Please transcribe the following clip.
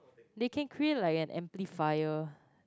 they can create like an amplifier